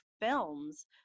films